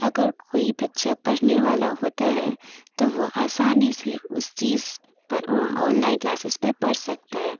اگر کوئی بچّہ پڑھنے والا ہوتا ہے تو وہ آسانی سے اس چیز پر آن لائن کلاسز پہ پڑھ سکتا ہے